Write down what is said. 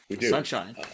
Sunshine